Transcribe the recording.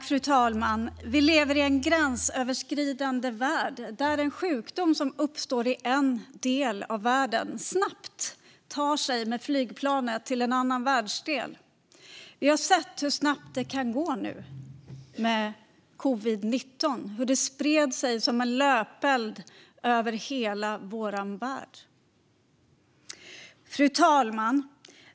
Fru talman! Vi lever i en gränsöverskridande värld där en sjukdom som uppstår i en del av världen snabbt kan ta sig med flygplan till en annan världsdel. Vi har sett hur snabbt det kan gå, hur covid-19 spred sig som en löpeld över hela vår värld. Fru talman!